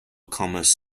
commerce